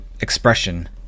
expression